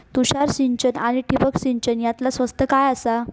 तुषार सिंचन आनी ठिबक सिंचन यातला स्वस्त काय आसा?